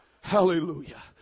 Hallelujah